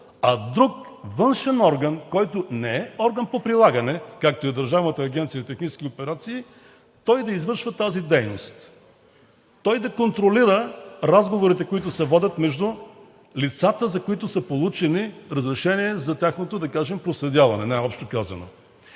а друг външен орган, който не е орган по прилагане, както е Държавната агенция „Технически операции“, да извършва тази дейност. Той да контролира разговорите, които се водят между лицата, за които са получени разрешения за тяхното, да кажем, проследяване, най-общо казано.